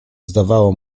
zdawało